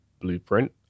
blueprint